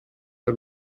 had